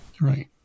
right